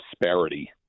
disparity